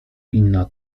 inna